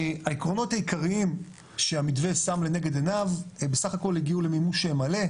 העקרונות העיקריים שהמתווה שם לנגד עיניו בסך הכל הגיעו למימוש מלא,